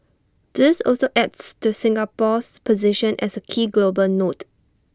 this also adds to Singapore's position as A key global node